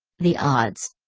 the odds.